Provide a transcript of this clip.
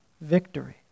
victory